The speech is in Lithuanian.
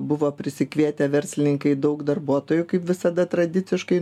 buvo prisikvietę verslininkai daug darbuotojų kaip visada tradiciškai